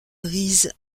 rees